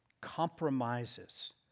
compromises